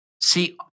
See